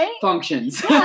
functions